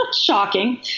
shocking